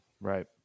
Right